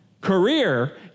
career